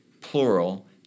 plural